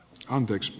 scanpix